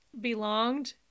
belonged